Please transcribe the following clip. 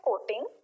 coating